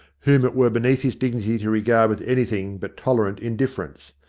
whom it were beneath his dignity to regard with anything but tolerant indifference.